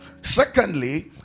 Secondly